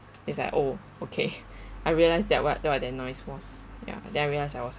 it's like oh okay I realised that what that what the noise was ya then I realise I